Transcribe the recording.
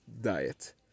diet